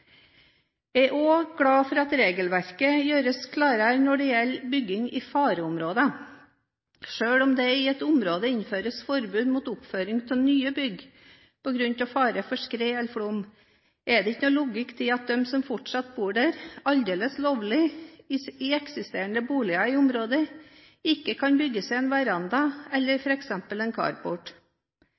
Jeg er òg glad for at regelverket gjøres klarere når det gjelder bygging i fareområder. Selv om det i et område innføres forbud mot oppføring av nye bygg på grunn av økt fare for skred eller flom, er det ingen logikk i at de som fortsatt bor – aldeles lovlig – i eksisterende boliger i området, ikke kan bygge seg en veranda eller f.eks. en